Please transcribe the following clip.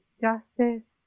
justice